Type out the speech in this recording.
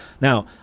Now